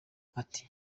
ati